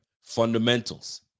Fundamentals